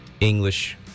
English